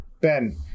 Ben